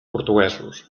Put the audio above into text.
portuguesos